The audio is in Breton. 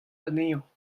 anezhañ